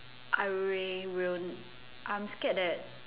I will I'm scared that